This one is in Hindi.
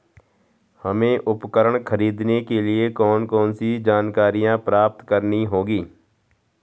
हमें उपकरण खरीदने के लिए कौन कौन सी जानकारियां प्राप्त करनी होगी?